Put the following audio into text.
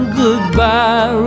goodbye